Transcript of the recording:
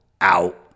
out